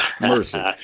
Mercy